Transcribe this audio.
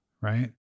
right